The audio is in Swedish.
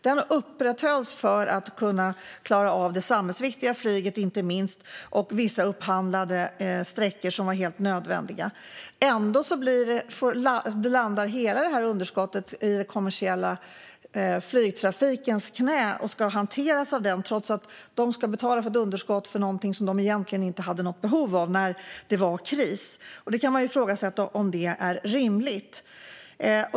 Den upprätthölls för att kunna klara av inte minst det samhällsviktiga flyget och det vissa upphandlade sträckor som var helt nödvändiga. Ändå landar hela detta underskott i den kommersiella flygtrafikens knä och ska hanteras av den kommersiella flygtrafiken. De ska betala för ett underskott för någonting som de egentligen inte hade något behov av när det var kris. Man kan ifrågasätta om det är rimligt.